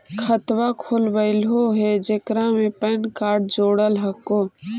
खातवा खोलवैलहो हे जेकरा मे पैन कार्ड जोड़ल हको?